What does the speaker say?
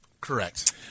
Correct